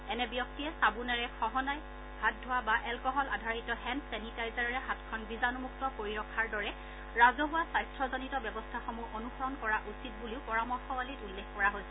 এনে ব্যক্তিয়ে চাবোনেৰে সঘনাই হাত ধোৱা বা এলকহল আধাৰিত হেণ্ড ছেনিটাইজাৰেৰে হাতখন বীজাণুমুক্ত কৰি ৰখাৰ দৰে ৰাজহুৱা স্বাস্থজনিত ব্যৱস্থাসমূহ অনুসৰণ কৰা উচিত বুলিও পৰামৰ্শৱলীত উল্লেখ কৰা হৈছে